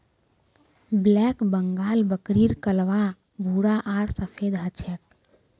black Bengal बकरीर कलवा भूरा आर सफेद ह छे